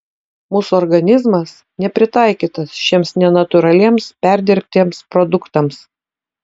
mūsų organizmas nepritaikytas šiems nenatūraliems perdirbtiems produktams